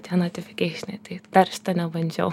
tie notifikeišinai tai dar šit nebandžiau